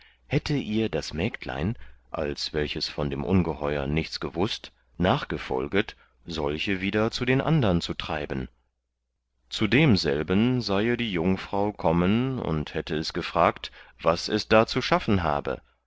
hätte ihr das mägdlein als welches von dem ungeheur nichts gewußt nachgefolget solche wieder zu den andern zu treiben zu demselben seie die jungfrau kommen und hätte es gefragt was es da zu schaffen habe